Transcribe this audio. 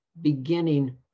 beginning